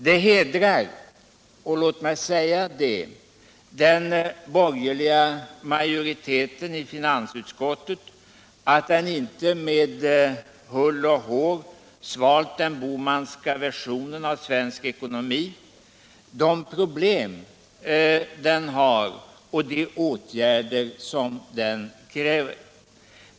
Det hedrar, låt mig säga det, den borgerliga majoriteten i finansutskottet att den inte med hull och hår har svalt den Bohmanska versionen av svensk ekonomi, de problem den har och de åtgärder den kräver.